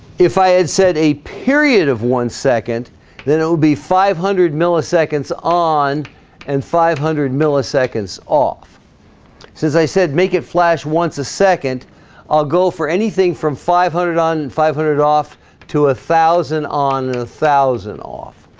if i had said a period of one second then it would be five hundred milliseconds on and five hundred milliseconds off since i said make it flash once a second i'll go for anything from five hundred on and five hundred off to a thousand on a thousand off